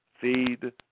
feed